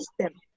system